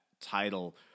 title